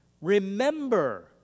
Remember